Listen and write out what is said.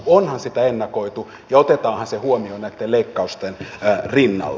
onhan sitä ennakoitu ja otetaanhan se huomioon näitten leikkausten rinnalla